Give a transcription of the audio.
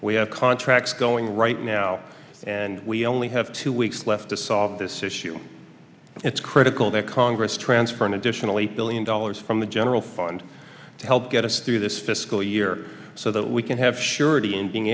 we have contracts going right now and we only have two weeks left to solve this issue it's critical that congress transfer an additional eight billion dollars from the general fund to help get us through this fiscal year so that we can have surety in being